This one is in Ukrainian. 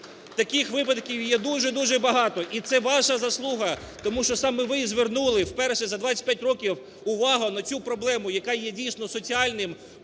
Таких випадків є дуже-дуже багато, і це ваша заслуга, тому що саме ви звернули вперше за 25 років увагу на цю проблему, яка є, дійсно, соціальним